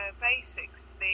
basics